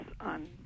on